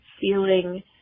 feeling